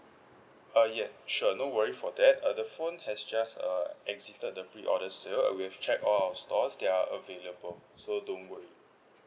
uh yeah sure no worry for that uh the phone has just uh exited the pre-order sale uh we have checked all our stores they are available so don't worry